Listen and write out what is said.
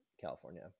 California